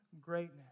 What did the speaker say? greatness